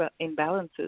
imbalances